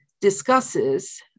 discusses